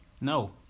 No